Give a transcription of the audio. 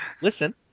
listen